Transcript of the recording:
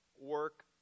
work